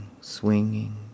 swinging